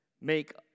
make